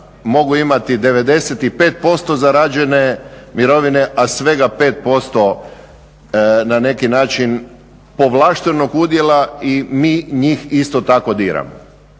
mogu imati 95% zarađene mirovine, a svega 5% na neki način povlaštenog udjela i mi njih isto tako diramo.